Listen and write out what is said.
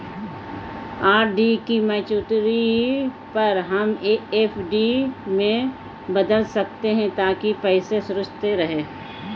RD की maturity पर हम एफ.डी में बदल सकते है ताकि पैसे सुरक्षित रहें